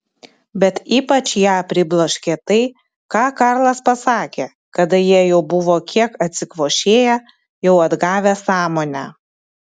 bet ypač ją pribloškė tai ką karlas pasakė kada jie jau buvo kiek atsikvošėję jau atgavę sąmonę